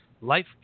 Life